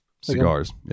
cigars